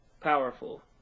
Powerful